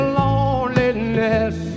loneliness